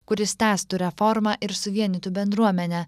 kuris tęstų reformą ir suvienytų bendruomenę